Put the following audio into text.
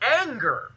anger